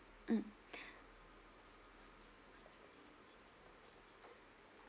mm